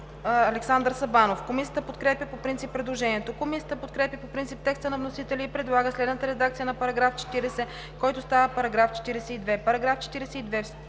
Народното събрание: Комисията подкрепя по принцип предложението. Комисията подкрепя по принцип текста на вносителя и предлага следната редакция на § 43, който става § 45: „§ 45.